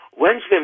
Wednesday